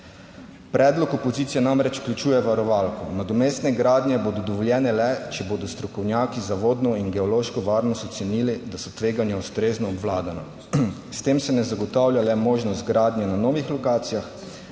Predlog opozicije namreč vključuje varovalko, nadomestne gradnje bodo dovoljene le, če bodo strokovnjaki za vodno in geološko varnost ocenili, da so tveganja ustrezno obvladana. S tem se ne zagotavlja le možnost gradnje na novih lokacijah,